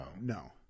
No